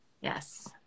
Yes